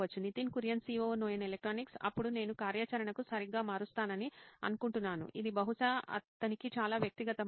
Nitin Kurian COO నోయిన్ electronics అప్పుడు నేను కార్యాచరణను సరిగ్గా మారుస్తానని అనుకుంటున్నాను ఇది బహుశా అతనికి చాలా వ్యక్తిగతమైనది